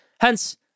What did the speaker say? Hence